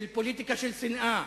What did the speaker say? של פוליטיקה של שנאה.